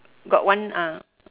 got one ah